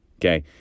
Okay